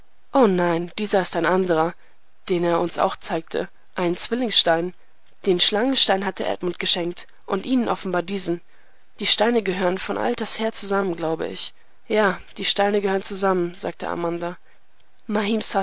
o nein dieser ist ein anderer den er uns auch zeigte ein zwillingsstein den schlangenstein hat er edmund geschenkt und ihnen offenbar diesen die steine gehören von alters her zusammen glaube ich ja die steine gehören zusammen sagte amanda